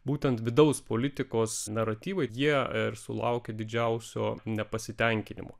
būtent vidaus politikos naratyvai jie ir sulaukė didžiausio nepasitenkinimo